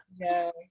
Yes